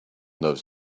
those